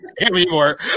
anymore